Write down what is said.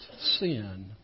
sin